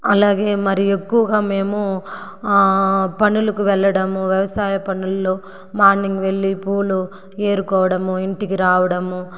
అలాగే మరి ఎక్కువగా మేము పనులకు వెళ్ళడము వ్యవసాయ పనుల్లో మార్నింగ్ వెళ్ళి పూలు ఏరుకోవడము ఇంటికి రావడము